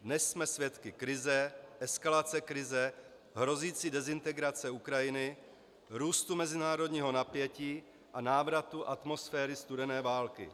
Dnes jsme svědky krize, eskalace krize, hrozící dezintegrace Ukrajiny, růstu mezinárodního napětí a návratu atmosféry studené války.